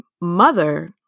mother